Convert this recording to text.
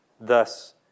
thus